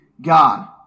God